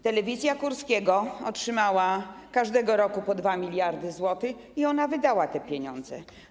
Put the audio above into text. Telewizja Kurskiego otrzymała każdego roku po 2 mld zł i wydała te pieniądze.